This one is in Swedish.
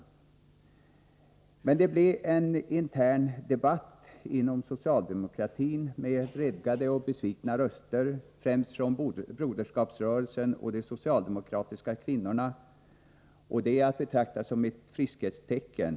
Detta ledde till en intern debatt inom socialdemokratin med vredgade och besvikna röster, främst från Broderskapsrörelsen och de socialdemokratiska kvinnorna, och det är att betrakta som ett friskhetstecken.